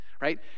right